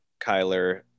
Kyler